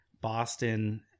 Boston